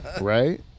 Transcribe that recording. Right